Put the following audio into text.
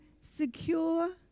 secure